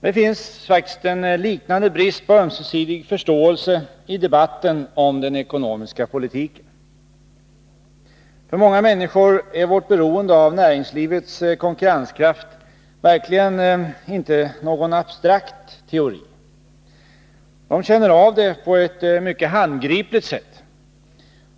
Det finns en liknande brist på ömsesidig förståelse i debatten om den ekonomiska politiken. För många människor är vårt beroende av näringslivets konkurrenskraft verkligen inte någon abstrakt teori. De känner av det på ett mycket handgripligt sätt.